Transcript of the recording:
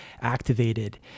activated